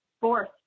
fourth